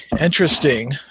interesting